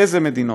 באילו מדינות,